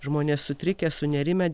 žmonės sutrikę sunerimę